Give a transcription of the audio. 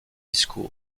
school